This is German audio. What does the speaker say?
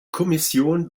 kommission